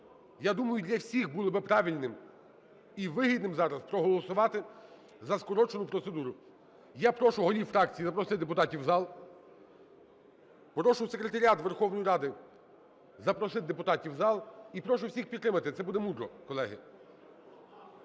Я думаю, для всіх було би правильним і вигідним зараз проголосувати за скорочену процедуру. Я прошу голів фракцій запросити депутатів в зал. Прошу секретаріат Верховної Ради запросити депутатів в зал, і прошу всіх підтримати. Це буде мудро, колеги.